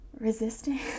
resisting